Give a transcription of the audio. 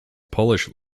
polish